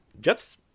Jets